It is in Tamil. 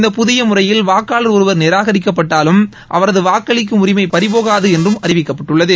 இந்த புதிய முறையில் வாக்காளர் ஒருவர் நிராகரிக்கப்பட்டாலும் அவரது வாக்களிக்கும் உரிமை பறிபோகாது என்றும் அறிவிக்கப்பட்டுள்ளது